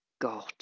god